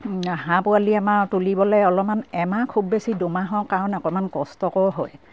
হাঁহ পোৱালি আমাৰ তুলিবলে অলপমান এমাহ খুব বেছি দুমাহৰ কাৰণে অকমান কষ্টকৰো হয়